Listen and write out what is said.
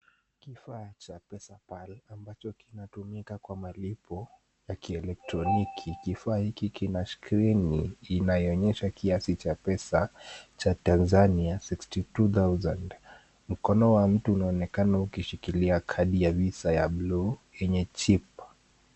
Kifaa cha pesa pal ambacho kinatumika kwa malipo ya kielektroniki. Kifaa hiki kina skrini inayoonyesha kiasi cha pesa cha Tanzania 62000 .Mkono wa mtu unaonekana ukishikilia kadi ya visa ya buluu yenye chip .